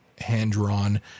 hand-drawn